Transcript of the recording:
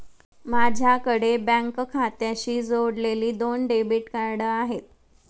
माझ्याकडे बँक खात्याशी जोडलेली दोन डेबिट कार्ड आहेत